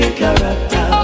character